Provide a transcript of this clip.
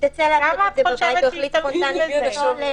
-- כמה את חושבת שישתמשו בזה?